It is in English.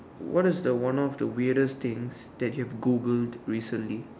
what is the one of the weirdest things that you have Googled recently